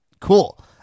cool